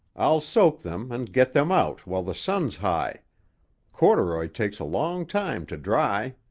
i'll soak them and get them out while the sun's high corduroy takes a long time to dry.